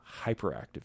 hyperactive